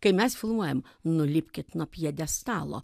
kai mes filmuojam nulipkit nuo pjedestalo